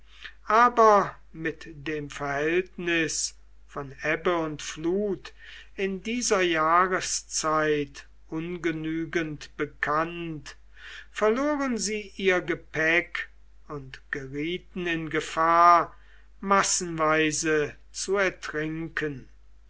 aber mit dem verhältnis von ebbe und flut in dieser jahreszeit ungenügend bekannt verloren sie ihr gepäck und gerieten in gefahr massenweise zu ertrinken